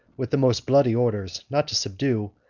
with the most bloody orders, not to subdue,